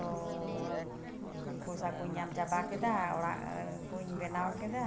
ᱛᱚ ᱯᱚᱭᱥᱟ ᱠᱚᱧ ᱧᱟᱢ ᱪᱟᱵᱟ ᱠᱮᱫᱟ ᱚᱲᱟᱜ ᱠᱚᱧ ᱵᱮᱱᱟᱣ ᱠᱮᱫᱟ